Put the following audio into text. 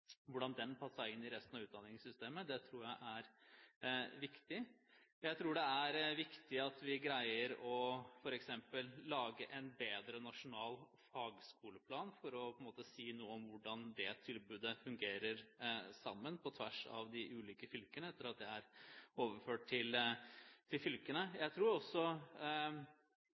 den passer inn i resten av utdanningssystemet. Det tror jeg er viktig. Jeg tror det er viktig at vi f.eks. greier å lage en bedre nasjonal fagskoleplan for å si noe om hvordan det tilbudet fungerer sammen på tvers av de ulike fylkene, etter at det er overført til fylkene. Jeg tror også